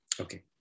Okay